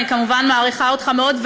אני כמובן מעריכה אותך מאוד,